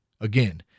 again